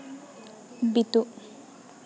Bitu